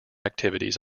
activities